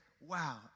wow